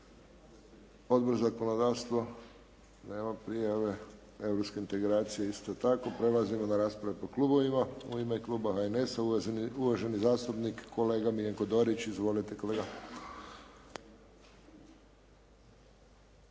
Odbor za zakonodavstvo. Nema prijave. Europske integracije isto tako. Prelazimo na raspravu po klubovima. U ime Kluba HNS-a uvaženi zastupnik kolega Miljenko Dorić. Izvolite kolega.